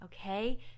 Okay